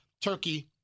turkey